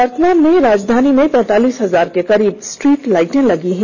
वर्तमान में राजधानी में पैंतालीस हजार के करीब स्ट्रीट लाइट लगी है